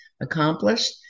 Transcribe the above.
accomplished